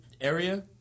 area